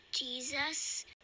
Jesus